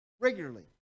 regularly